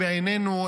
בעינינו,